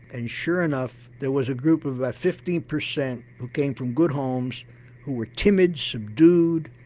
and sure enough there was a group of about fifteen percent who came from good homes who were timid, subdued,